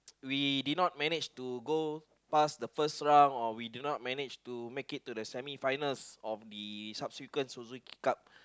we did not manage to go past the first round or we do not manage to make it to the semi finals or the subsequent Suzuki-Cup